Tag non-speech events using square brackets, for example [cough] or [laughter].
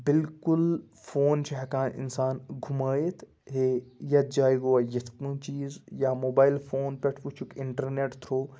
بالکُل فون چھُ ہٮ۪کان اِنسان گُمٲیِتھ ہے یَتھ جایہِ گوٚوا یِتھ [unintelligible] چیٖز یا موبایل فون پٮ۪ٹھ وُچھُکھ اِنٹرنٮ۪ٹ تھرٛوٗ